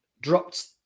dropped